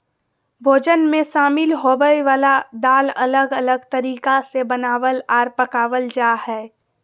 भोजन मे शामिल होवय वला दाल अलग अलग तरीका से बनावल आर पकावल जा हय